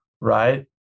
right